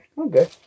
Okay